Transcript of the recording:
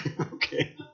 Okay